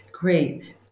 great